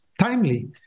timely